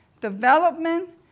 development